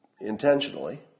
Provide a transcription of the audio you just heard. intentionally